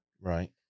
Right